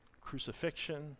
crucifixion